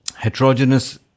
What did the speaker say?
Heterogeneous